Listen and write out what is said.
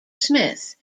smith